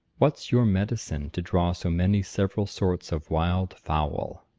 what's your medicine, to draw so many several sorts of wild fowl?